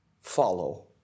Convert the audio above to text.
follow